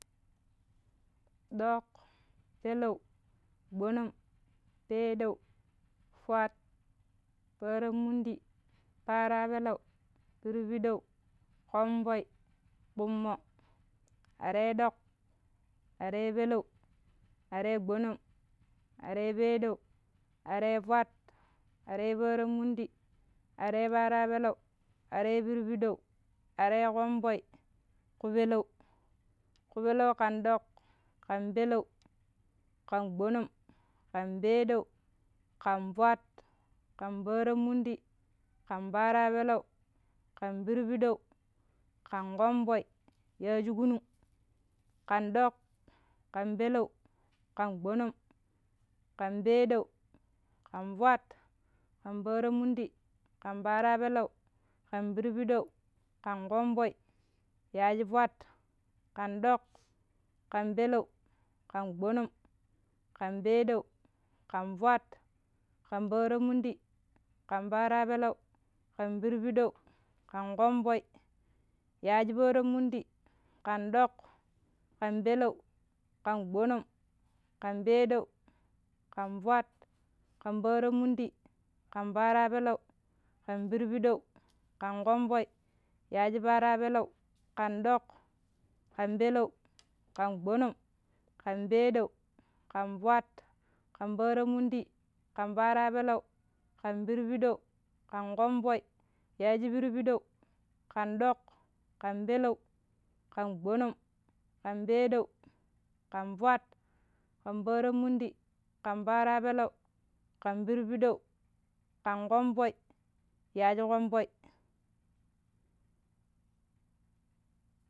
Dok, peleu, gbonong, peedau, fwet, peranmundi, parapeleu, pidipidau, komvoi, bummo, araidok, arai pelu, arai gbonong, arai peedeu, araifwet, arai paranmundi, arai parapeleu, arai pidipidou, arai komvoi, kupelu, kupelu kandok, kan peleu, kan gbonong, kan peedau kan fwet, kan paran mundi, kan parapeleu, kan pidipidau, kan komvoi, yaajikunun, kan dok, kan peleu, kan gbonong, kan peedau kan fwet, kan paran mundi, kan parapeleu, kan pidipidau, kan komvoi, yaaji twet, kan dok, kan peleu, kan gbonong, kan peedau, kan fwet, kan paranmundi, kan para peleu, kan pidipidau, kan komvoi, yaajiparan mundi, kan dok, kai peleu, kan gbonong, kan peedan, kan fwet, kan paran mundi, kan para peleu, kan pidipidau, kan komvoi yaaji perapeleu, kan dok, kan peleu, kan gbonong ,kan peedau kan fwet, kan peranmundi, kan pera peleu, kan pidi pidau, kan komvoi, yaaji pidi pidau, kan dok, kan peleu, kan gbonong, kan peedau, kan fwet, kan peran mundi, kan pera peleu, kan pidipidau, kan komvoi, yaaji komvoi.